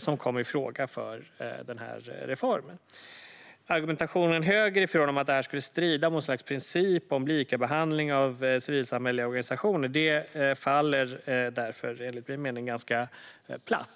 som kommer i fråga för den här reformen. Argumentationen högerifrån om att detta skulle strida mot något slags princip om likabehandling av civilsamhälleliga organisationer faller därför enligt min mening ganska platt.